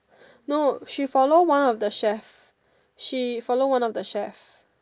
no she follow one of the chef she follow one of the chef